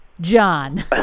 John